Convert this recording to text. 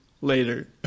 later